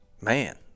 man